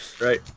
Right